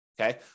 okay